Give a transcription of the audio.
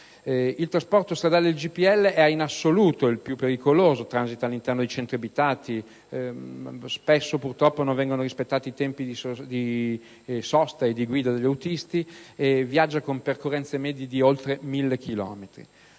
Il trasporto stradale del GPL è in assoluto il più pericoloso: transita all'interno dei centri abitati; spesso, purtroppo, non vengono rispettati i tempi di sosta e di guida degli autisti; viaggia con percorrenze medie di oltre 1.000 chilometri.